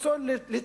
הרצון לחזור לגטו,